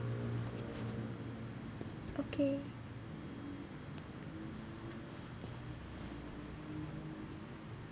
okay